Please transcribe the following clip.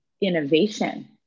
innovation